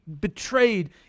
betrayed